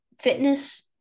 fitness